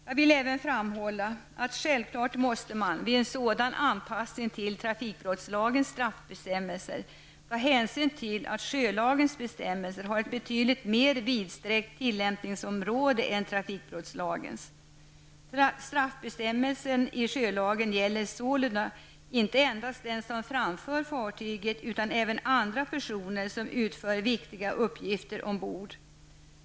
Jag vill även framhålla att självklart måste man vid en sådan anpassning till trafikbrottslagens straffbestämmelser ta hänsyn till att sjölagens bestämmelser har ett betydligt mer vidsträckt tillämpningsområde än trafikbrottslagens. Straffbestämmelsen i sjölagen gäller sålunda inte endast den som framför fartyget, utan även andra personer som utför viktiga uppgifter ombord.